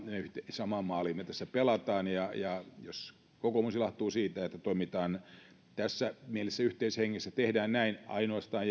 samaan maaliin me tässä pelaamme ja ja jos kokoomus ilahtuu siitä että toimitaan tässä mielessä yhteishengessä tehdään näin ainoastaan